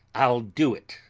i'll do it,